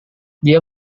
dia